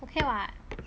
okay what